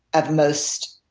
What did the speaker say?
of most